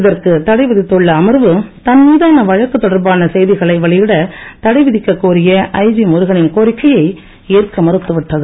இதற்கு தடைவிதித்துள்ள அமர்வு தன்மீதான வழக்கு தொடர்பான செய்திகளை வெளியிட தடைவிதிக்க கோரிய ஐஜி முருகனின் கோரிக்கையை நீதிமன்றம் ஏற்க மறுத்துவிட்டது